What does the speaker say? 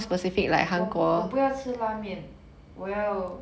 我不我不要吃拉面我要